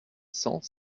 cent